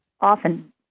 often